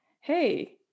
Hey